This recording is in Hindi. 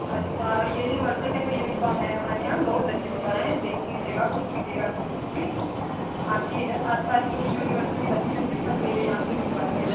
अच्छा यूनिवर्सल का तो यूनिफॉर्म है हमारे यहाँ बहुत बच्चे सिलवाए हैं देख लीजिएगा पूछ लीजिएगा किसी से आपके इधर आसपास जो भी यूनिवर्सल के बच्चे होंगे सब मेरे यहाँ से ही सिलवाते हैं